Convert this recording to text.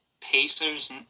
Pacers